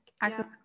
access